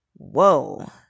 whoa